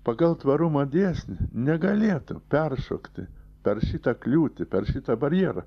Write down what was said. pagal tvarumo dėsnį negalėtų peršokti per šitą kliūtį per šitą barjerą